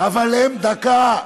אבל הם, דקה.